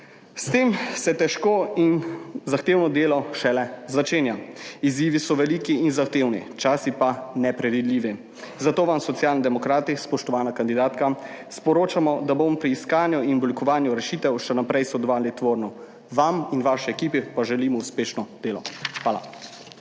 S tem se težko in zahtevno delo šele začenja. Izzivi so veliki in zahtevni, časi pa nepredvidljivi, zato vam Socialni demokrati, spoštovana kandidatka, sporočamo, da bomo pri iskanju in oblikovanju rešitev še naprej sodelovali tvorno. Vam in vaši ekipi pa želimo uspešno delo. Hvala.